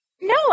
No